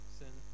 sin